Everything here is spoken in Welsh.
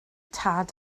tad